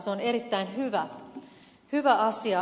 se on erittäin hyvä asia